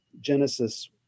Genesis